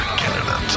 canada